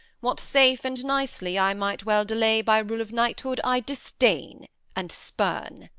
what safe and nicely i might well delay by rule of knighthood, i disdain and spurn.